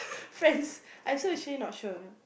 friends I also actually not sure